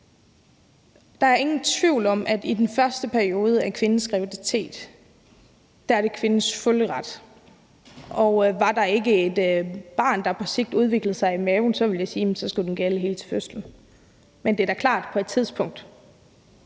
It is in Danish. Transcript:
Der er ingen tvivl om, at i den første periode af kvindens graviditet er det kvindens fulde ret, og var der ikke et barn, der udviklede sig i maven, ville jeg sige, at så skulle den gælde helt til fødslen. Men det er da klart, at på et tidspunkt